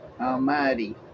Almighty